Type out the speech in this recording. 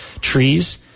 trees